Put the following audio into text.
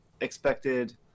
expected